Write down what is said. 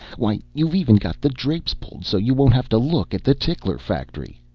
why, you've even got the drapes pulled so you won't have to look at the tickler factory.